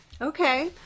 Okay